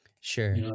Sure